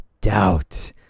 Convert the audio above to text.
doubt